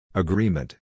Agreement